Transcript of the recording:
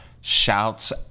shouts